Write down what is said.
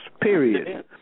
period